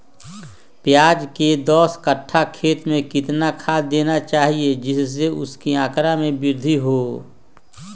प्याज के दस कठ्ठा खेत में कितना खाद देना चाहिए जिससे उसके आंकड़ा में वृद्धि हो?